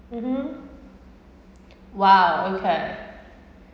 (uh huh) !wow! okay